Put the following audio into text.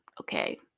okay